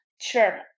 Sure